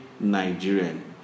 Nigerian